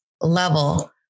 level